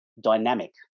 dynamic